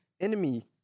enemy